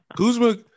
Kuzma